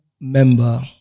member